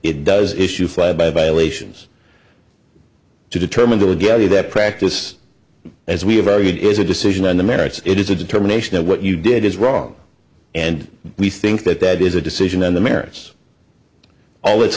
it does issue flyby violations to determine the galley that practice as we have argued is a decision on the merits it is a determination of what you did is wrong and we think that that is a decision on the merits all